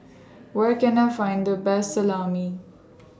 Where Can I Find The Best Salami